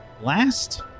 Last